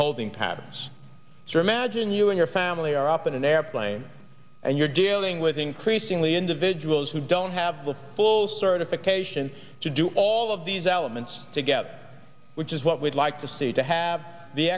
holding patterns sir imagine you and your family are up in an airplane and you're dealing with increasingly individuals who don't have the full certification to do all of these elements together which is what we'd like to see to have the